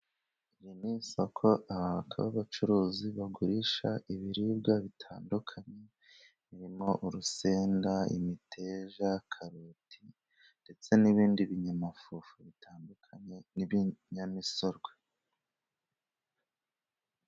Iri ni isoko abantu b'abacuruzi bagurisha ibiribwa bitandukanye, birimo urusenda, imiteja, karoti ndetse n'ibindi binyamafufu bitandukanye n'ibinyamisogwe.